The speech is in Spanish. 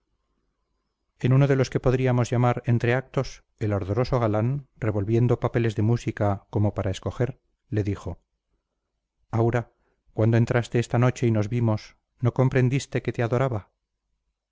en uno de los que podríamos llamar entreactos el ardoroso galán revolviendo papeles de música como para escoger le dijo aura cuando entraste esta noche y nos vimos no comprendiste que te adoraba